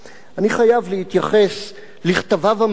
אני חייב להתייחס לכתביו המרובים